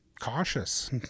cautious